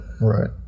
Right